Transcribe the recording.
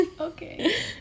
Okay